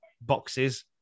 boxes